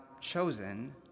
chosen